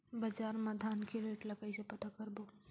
बजार मा धान के रेट ला कइसे पता करबो?